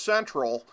Central